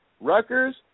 Rutgers